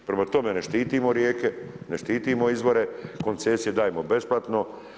Prema tome, ne štitimo rijeke, ne štitimo izvore, koncesije dajemo besplatno.